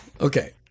Okay